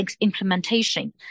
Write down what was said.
implementation